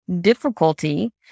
difficulty